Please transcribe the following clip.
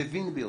המבין ביותר,